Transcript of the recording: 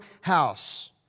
house